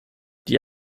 die